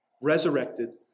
Resurrected